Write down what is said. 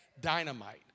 Dynamite